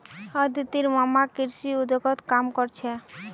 अदितिर मामा कृषि उद्योगत काम कर छेक